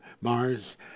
Mars